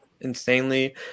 insanely